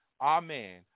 amen